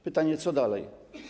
Pytanie co dalej?